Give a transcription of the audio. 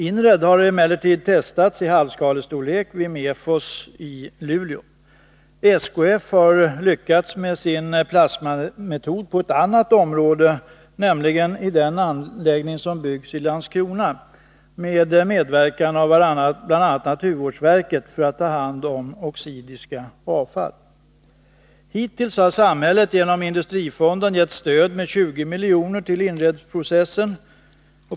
INRED har emellertid testats i halvskalestorlek i Mefos i Luleå. SKF har lyckats med sin plasmametod på ett annat område, nämligen i den anläggning som byggs i Landskrona med medverkan av bl.a. naturvårdsverket för att ta hand om oxidiska avfall. Hittills har samhället genom industrifonden gett stöd med 20 milj.kr. till INRED-processen.